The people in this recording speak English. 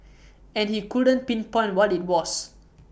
and he couldn't pinpoint what IT was